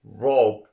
Rob